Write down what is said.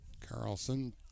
Carlson